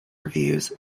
revues